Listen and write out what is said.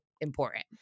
important